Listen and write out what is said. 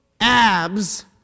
abs